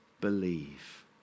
believe